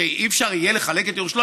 שאי-אפשר יהיה לחלק את ירושלים?